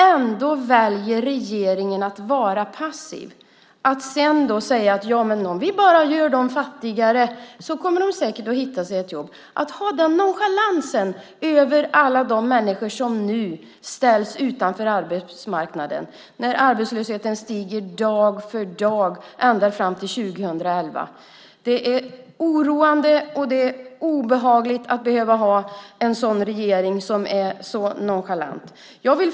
Ändå väljer regeringen att vara passiv och att säga: Om vi bara gör dem fattigare kommer de säkert att hitta ett jobb. Tänk att visa en sådan nonchalans gentemot alla människor som nu ställs utanför arbetsmarknaden samtidigt som arbetslösheten dag för dag stiger ända fram till år 2011! Det är oroande och obehagligt att behöva ha en regering som är så nonchalant.